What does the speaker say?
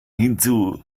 hinzu